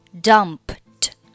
Dumped